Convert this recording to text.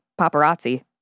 paparazzi